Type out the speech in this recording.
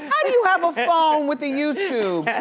how do you have a phone with ah youtube